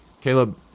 Caleb